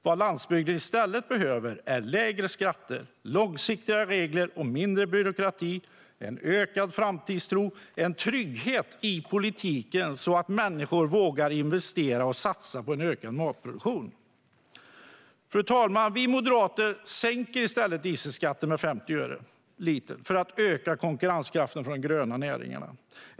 Vad landsbygden i stället behöver är lägre skatter, långsiktiga regler och mindre byråkrati, en ökad framtidstro, en trygghet i politiken så att människor vågar investera och satsa på en ökad matproduktion. Fru talman! Vi moderater sänker i stället dieselskatten med 50 öre per liter för att öka konkurrenskraften för de gröna näringarna.